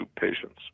patients